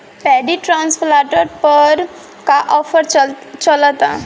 Paddy transplanter पर का offer चलता?